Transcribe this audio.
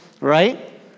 right